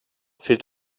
fehlt